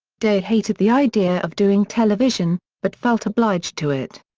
day hated the idea of doing television, but felt obliged to it.